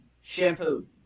shampoo